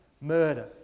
murder